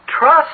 Trust